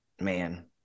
man